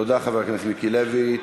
תודה, חבר הכנסת מיקי לוי.